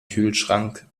kühlschrank